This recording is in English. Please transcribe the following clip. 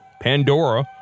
Pandora